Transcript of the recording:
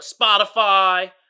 Spotify